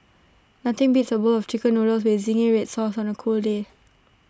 nothing beats A bowl of Chicken Noodles with Zingy Red Sauce on A cold day